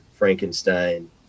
Frankenstein